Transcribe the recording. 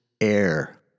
air